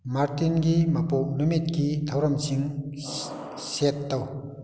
ꯃꯥꯔꯇꯤꯟꯒꯤ ꯃꯄꯣꯛ ꯅꯨꯃꯤꯠꯀꯤ ꯊꯧꯔꯝꯁꯤ ꯁꯦꯠ ꯇꯧ